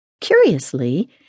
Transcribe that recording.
Curiously